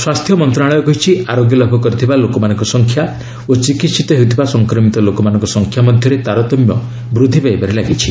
ସ୍ୱାସ୍ଥ୍ୟ ମନ୍ତ୍ରଣାଳୟ କହିଛି ଆରୋଗ୍ୟ ଲାଭ କରିଥିବା ଲୋକମାନଙ୍କ ସଂଖ୍ୟା ଓ ଚିକିହିତ ହେଉଥିବା ସଂକ୍ରମିତ ଲୋକମାନଙ୍କ ସଂଖ୍ୟା ମଧ୍ୟରେ ତାରତମ୍ୟ ବୃଦ୍ଧି ପାଇବାରେ ଲାଗିଛି